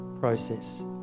process